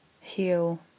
heal